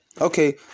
Okay